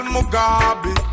Mugabe